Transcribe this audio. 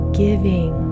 giving